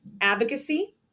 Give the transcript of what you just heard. advocacy